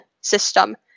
system